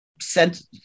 sent